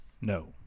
No